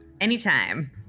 Anytime